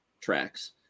tracks